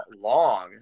long